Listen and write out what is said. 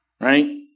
Right